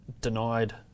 denied